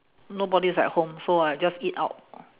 nobody is at home so I just eat out